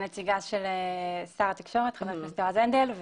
כנציגה של שר התקשורת, חבר הכנסת יועז הנדל,